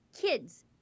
kids